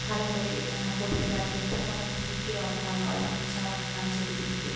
ভালো করে করতে পারিনি এটা তো আমার দিদিকে অপমান করা হচ্ছে আমার নাচের দিদিকে